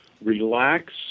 relax